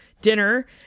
Dinner